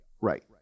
Right